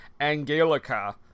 Angelica